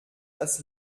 das